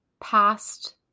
past